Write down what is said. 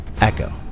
echo